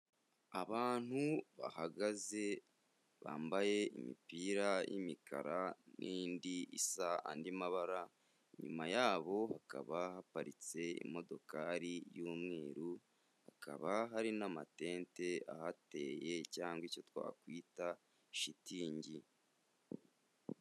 Abantu bahagaze bambaye imipira y'imikara n'indi isa andi mabara, inyuma yabo hakaba haparitse imodokari y'umweru, hakaba hari n'amatente ahateye cyangwa icyo twakwita shitingi.